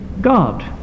God